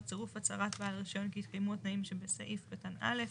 בצירוף הצהרת בעל הרישיון כי התקיימו התנאים שבסעיף קטן (א),